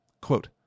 Quote